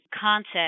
concept